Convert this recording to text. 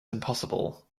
impossible